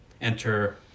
enter